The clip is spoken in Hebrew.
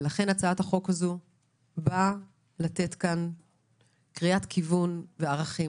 ולכן הצעת החוק הזו באה לתת קריאת כיוון וערכים.